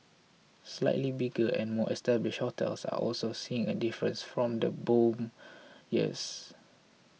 slightly bigger and more established hotels are also seeing a difference from the boom years